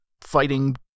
fighting